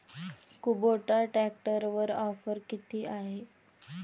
Kubota ट्रॅक्टरवर offer किती आहे?